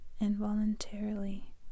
involuntarily